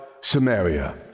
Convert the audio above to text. Samaria